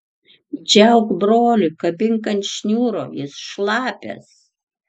džiauk brolį kabink ant šniūro jis šlapias